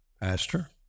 Pastor